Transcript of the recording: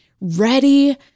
ready